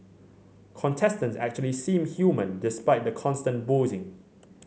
contestants actually seem human despite the constant boozing